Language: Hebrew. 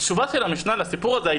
התשובה של המשנה לסיפור הזה,